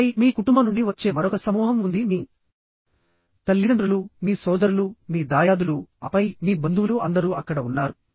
ఆపై మీ కుటుంబం నుండి వచ్చే మరొక సమూహం ఉంది మీ తల్లిదండ్రులు మీ సోదరులు మీ దాయాదులు ఆపై మీ బంధువులు అందరూ అక్కడ ఉన్నారు